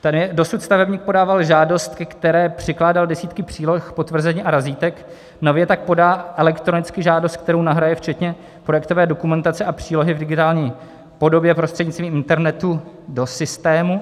Tady je: Dosud stavebník podával žádost, ke které přikládal desítky příloh, potvrzení a razítek, nově tak podá elektronicky žádost, kterou nahraje včetně projektové dokumentace a přílohy v digitální podobě prostřednictvím internetu do systému.